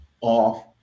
off